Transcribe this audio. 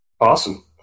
awesome